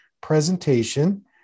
presentation